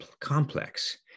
complex